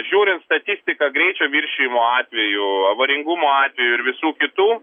žiūrint statistiką greičio viršijimo atvejų avaringumo atvejų ir visų kitų